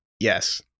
Yes